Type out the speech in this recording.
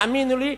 תאמינו לי,